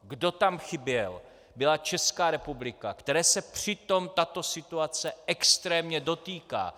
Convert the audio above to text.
Kdo tam chyběl, byla Česká republika, které se přitom tato situace extrémně dotýká.